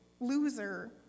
loser